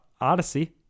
Odyssey